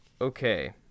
Okay